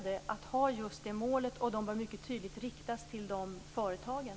Det bör framgå att de har just det målet, och de bör mycket tydligt riktas till de företagen.